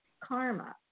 Karma